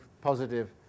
positive